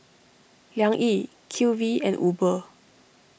Liang Yi Q V and Uber